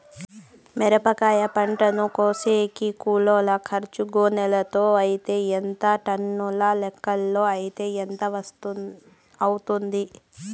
మిరప పంటను కోసేకి కూలోల్ల ఖర్చు గోనెలతో అయితే ఎంత టన్నుల లెక్కలో అయితే ఎంత అవుతుంది?